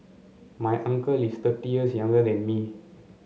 my uncle is thirty years younger than me